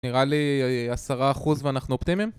נראה לי עשרה אחוז ואנחנו אופטימיים